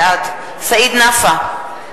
בעד סעיד נפאע,